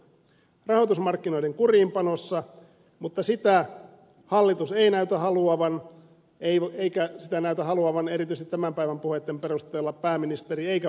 rahoitusmarkkinoiden kuriinpanossa mutta sitä hallitus ei näytä haluavan eikä sitä näytä haluavan erityisesti tämän päivän puheitten perusteella pääministeri eikä valtiovarainministeri